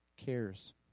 Cares